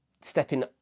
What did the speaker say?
stepping